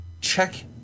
check